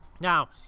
now